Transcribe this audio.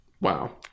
wow